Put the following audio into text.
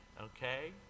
okay